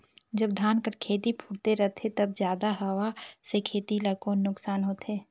जब धान कर खेती फुटथे रहथे तब जादा हवा से खेती ला कौन नुकसान होथे?